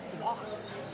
loss